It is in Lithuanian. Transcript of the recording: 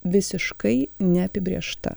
visiškai neapibrėžta